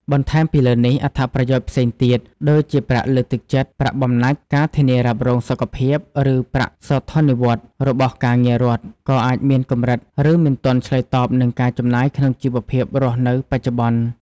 បន្ថែមពីលើនេះ អត្ថប្រយោជន៍ផ្សេងទៀត ដូចជាប្រាក់លើកទឹកចិត្ត ប្រាក់បំណាច់ ការធានារ៉ាប់រងសុខភាព ឬប្រាក់សោធននិវត្តន៍ របស់ការងាររដ្ឋ ក៏អាចមានកម្រិត ឬមិនទាន់ឆ្លើយតបនឹងការចំណាយក្នុងជីវភាពរស់នៅបច្ចុប្បន្ន។